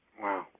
Wow